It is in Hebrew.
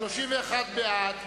32 בעד,